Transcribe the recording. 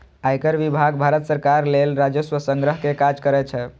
आयकर विभाग भारत सरकार लेल राजस्व संग्रह के काज करै छै